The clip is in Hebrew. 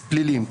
פליליים.